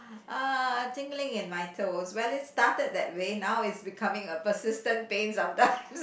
uh tingling in my toes well it started that way now it's becoming a persistent pain sometimes